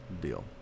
Deal